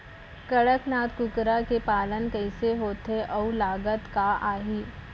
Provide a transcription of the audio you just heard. कड़कनाथ कुकरा के पालन कइसे होथे अऊ लागत का आही?